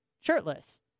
shirtless